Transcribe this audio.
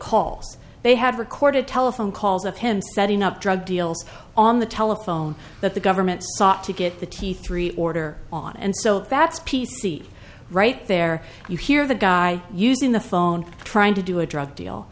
calls they have recorded telephone calls of him setting up drug deals on the telephone that the government sought to get the t three order on and so that's p c right there you hear the guy using the phone trying to do a drug deal